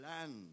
land